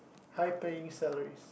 high paying salaries